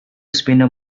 spinner